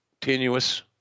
tenuous